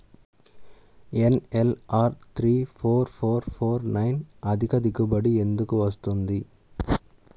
LNR three four four four nine అధిక దిగుబడి ఎందుకు వస్తుంది?